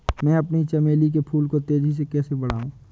मैं अपने चमेली के फूल को तेजी से कैसे बढाऊं?